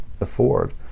afford